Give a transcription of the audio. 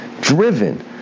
Driven